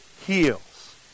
heals